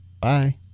Bye